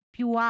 più